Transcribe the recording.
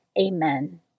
Amen